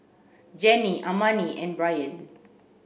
Jenny Amani and Brian